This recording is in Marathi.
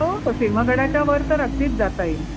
हो हो सिंहगडाच्या वर तर अगदीच जाता येईल